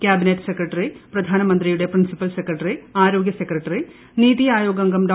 cabinet secretary പ്രധാനമന്ത്രിയുടെ principal secretary ആരോഗ്യ secretary NITI Aayog അംഗം ഡോ